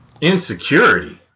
Insecurity